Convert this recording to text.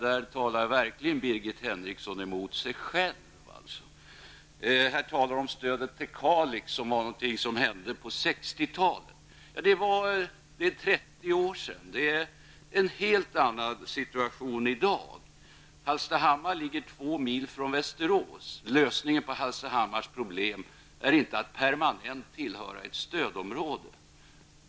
Där talar verkligen Birgit Henriksson emot sig själv. Hon talade om stödet till Kalix. Det är någonting som hände på 60-talet. Det är alltså 30 år sedan. Situationen är helt annan i dag. Hallstahammar ligger två mil från Västerås. Lösningen på Hallstahammars problem är inte att permanent tillhöra ett stödområde.